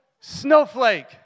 snowflake